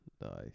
Nice